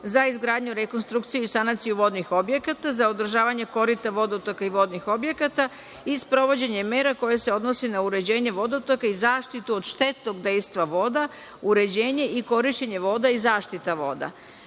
za izgradnju, rekonstrukciju i sanaciju vodnih objekata, za održavanje korita vodotoka i vodnih objekata i sprovođenje mera koje se odnosi na uređenje vodotoka i zaštitu od štetnog dejstva voda, uređenje i korišćenje voda i zaštita voda. Mi